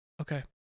Okay